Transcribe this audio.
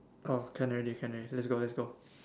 orh can already can already let's go let's go